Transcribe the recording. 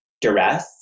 duress